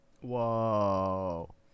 Whoa